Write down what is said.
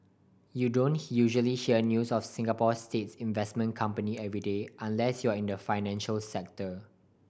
you don't usually hear news of Singapore's states investment company every day unless you're in the financial sector